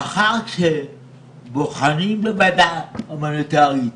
לאחר שבוחנים בוועדה ההומניטארית,